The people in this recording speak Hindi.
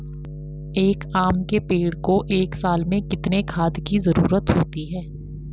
एक आम के पेड़ को एक साल में कितने खाद की जरूरत होती है?